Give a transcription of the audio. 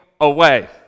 away